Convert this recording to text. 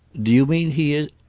do you mean he is?